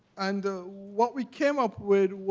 and what we came up with